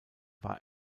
war